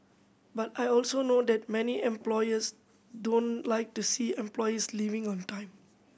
but I also know that many employers don't like to see employees leaving on time